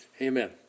amen